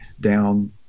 down